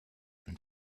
and